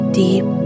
deep